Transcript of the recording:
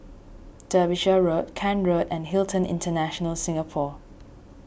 Derbyshire Road Kent Road and Hilton International Singapore